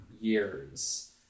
years